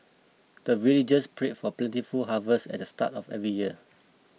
the villagers pray for plentiful harvest at the start of every year